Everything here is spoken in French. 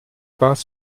pas